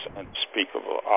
unspeakable